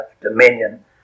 dominion